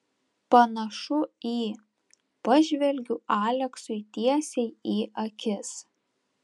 panašu į pažvelgiu aleksui tiesiai į akis